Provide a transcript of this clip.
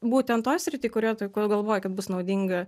būtent toj srity kurioje tu galvoji kad bus naudinga